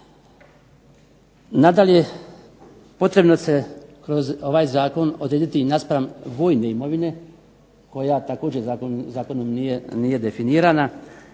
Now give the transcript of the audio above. Nadalje je potrebno kroz ovaj zakon odrediti naspram voje imovine koja nije zakonom definirana,